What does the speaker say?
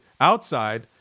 outside